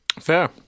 Fair